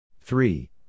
three